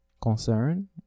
Concern